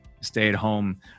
stay-at-home